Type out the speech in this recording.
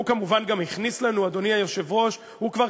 הוא כמובן גם הכניס לנו,